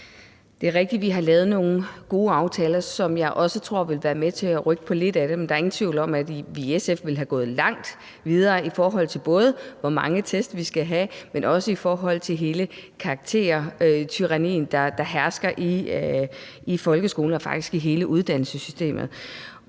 Det er rigtigt, at vi har lavet nogle gode aftaler, som jeg også tror vil være med til at rykke på lidt af det. Men der er ingen tvivl om, at vi i SF ville være gået langt videre, både i forhold til hvor mange test vi skal have, men også i forhold til hele karaktertyranniet, der hersker i folkeskolen og faktisk i hele uddannelsessystemet.